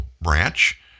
branch